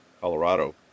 Colorado